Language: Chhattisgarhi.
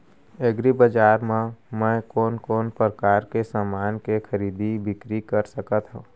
एग्रीबजार मा मैं कोन कोन परकार के समान के खरीदी बिक्री कर सकत हव?